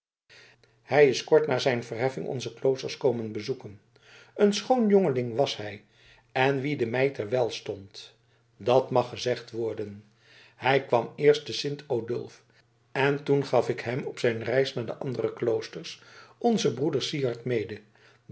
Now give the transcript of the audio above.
hij is kort na zijn verheffing onze kloosters komen bezoeken een schoon jongeling was hij en wien de mijter wèl stond dat mag gezegd worden hij kwam eerst te sint odulf en toen gaf ik hem op zijn reis naar de andere kloosters onzen broeder syard mede